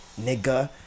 nigga